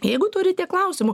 jeigu turite klausimų